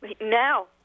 Now